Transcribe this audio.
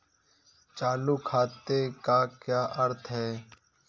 चालू खाते का क्या अर्थ है?